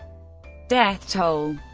death toll